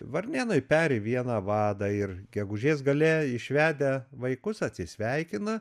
varnėnai peri vieną vadą ir gegužės gale išvedę vaikus atsisveikina